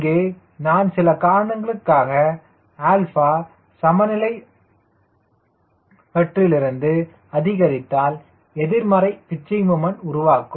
இங்கே நான் சில காரணங்களுக்காக 𝛼 சமநிலைவற்றிலிருந்து அதிகரித்தால் எதிர்மறை பிச்சிங் முமண்ட் உருவாக்கும்